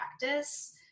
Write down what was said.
practice